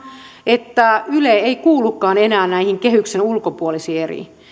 että yle ei kuulukaan enää näihin kehyksen ulkopuolisiin eriin